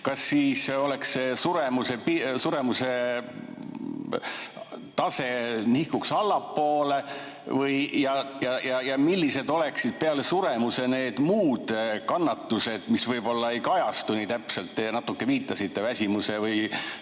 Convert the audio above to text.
Kas siis suremuse tase nihkuks allapoole? Ja millised oleksid peale suremise need muud kannatused, mis võib-olla ei kajastu nii täpselt? Te natuke viitasite väsimusele